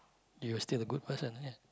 you're still a good person